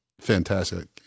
fantastic